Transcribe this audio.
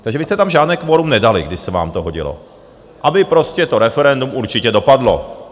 Takže vy jste tam žádné kvorum nedali, když se vám to hodilo, aby prostě to referendum určitě dopadlo.